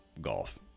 golf